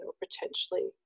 potentially